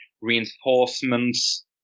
reinforcements